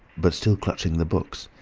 but still clutching the books.